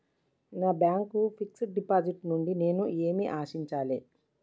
నా bank fixed deposit నుండి నేను ఏమి ఆశించాలి?